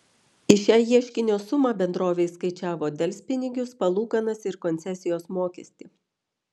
į šią ieškinio sumą bendrovė įskaičiavo delspinigius palūkanas ir koncesijos mokestį